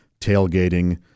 tailgating